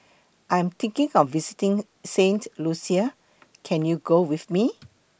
I Am thinking of visiting Saint Lucia Can YOU Go with Me